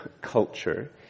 culture